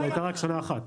זה היה לשנה אחת,